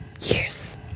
years